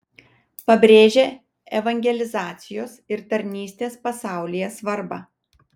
pabrėžia evangelizacijos ir tarnystės pasaulyje svarbą